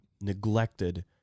neglected